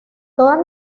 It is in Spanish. todas